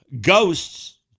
Ghosts